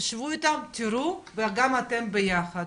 תשבו איתם ותראו וגם אתם ביחד,